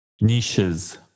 niches